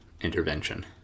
intervention